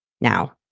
Now